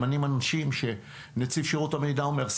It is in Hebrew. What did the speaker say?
ממנים אנשים שנציב שירות המדינה אומר,